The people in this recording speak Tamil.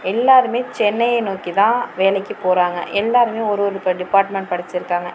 எல்லாருமே சென்னையை நோக்கி தான் வேலைக்கு போறாங்க எல்லாருமே ஒரு ஒரு இப்போ டிபார்ட்மெண்ட் படிச்சியிருக்காங்க